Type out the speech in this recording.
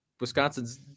Wisconsin's